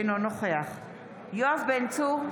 אינו נוכח יואב בן צור,